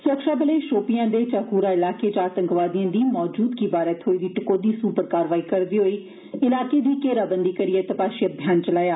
सुरक्षाबलें शोपियां दे चाक्रा इलाके च आतंकवादिएं दी मौजूदगी बारै थ्होई दी टकोहदी सूह पर कारवाई करदे होइ इलाके दी घेराबंदी करिए तपाशी अभियान चलाया